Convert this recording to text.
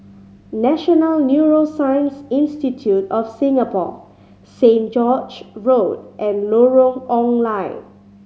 National Neuroscience Institute of Singapore Saint George Road and Lorong Ong Lye